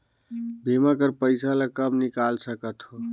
बीमा कर पइसा ला कब निकाल सकत हो?